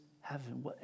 heaven